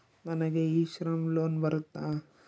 ನನಗೆ e Shram loan ಬರುತ್ತಾ?